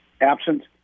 absent